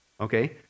Okay